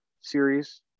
series